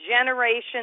generations